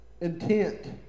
intent